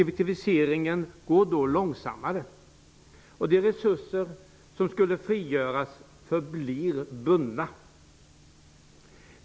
Effektiviseringen går då långsammare, och de resurser som skulle frigöras förblir bundna.